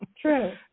true